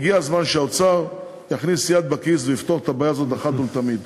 הגיע הזמן שהאוצר יכניס יד לכיס ויפתור את הבעיה הזאת אחת ולתמיד.